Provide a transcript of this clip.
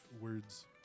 words